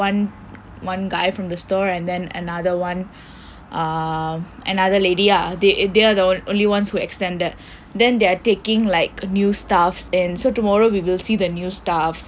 one guy from the store and then another [one] um another lady ah they they are the only ones who extended then they're taking like a new staff in so tomorrow we will see the new staff